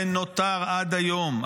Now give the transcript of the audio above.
ונותר עד היום,